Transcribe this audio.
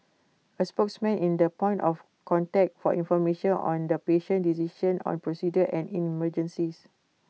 A spokesman in the point of contact for information on the patient decision on procedures and in emergencies